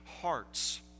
hearts